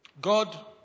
God